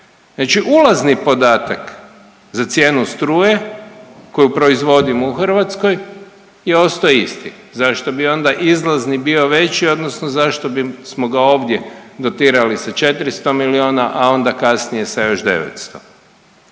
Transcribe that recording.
Znači ulazni podatak za cijenu struje koju proizvodimo u Hrvatskoj je ostao isti, zašto bi onda izlazni bio veći odnosno zašto bismo ga ovdje dotirali sa 400 milijuna, a onda kasnije sa još 900? Ima